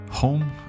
Home